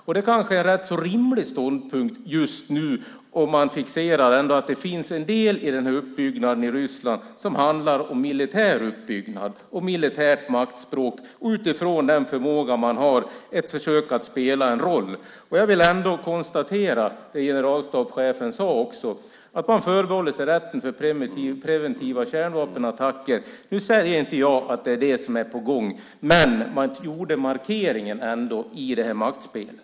Kanske är det en rätt så rimlig ståndpunkt just nu, om man ändå fixerar vid detta, att det finns en del i uppbyggnaden i Ryssland som handlar om en militär uppbyggnad och militärt maktspråk och om att utifrån sin förmåga göra ett försök att spela en roll. Jag vill konstatera vad också generalstabschefen sagt, nämligen att man förbehåller sig rätten för preventiva kärnvapenattacker. Nu säger inte jag att det är det som är på gång. Men man gjorde den markeringen i det här maktspelet.